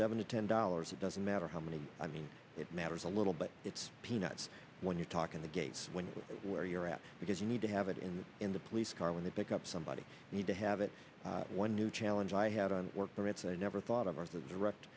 seven to ten dollars it doesn't matter how many i mean it matters a little but it's peanuts when you talk in the gate when where you're at because you need to have it in the in the police car when they pick up somebody need to have it one new challenge i had on work permits i never thought of as a direct